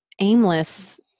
aimless